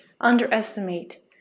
underestimate